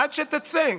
עד שתצא.